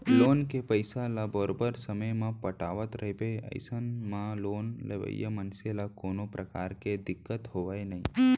loan के पइसा ल बरोबर समे म पटावट रहिबे अइसन म लोन लेवइया मनसे ल कोनो परकार के दिक्कत होवय नइ